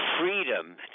freedom